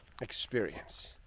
experience